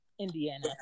Indiana